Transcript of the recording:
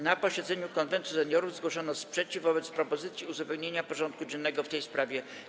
Na posiedzeniu Konwentu Seniorów zgłoszono sprzeciw wobec propozycji uzupełnienia porządku dziennego o tę sprawę.